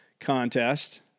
contest